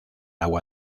agua